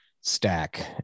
stack